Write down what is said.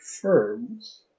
firms